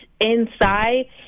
inside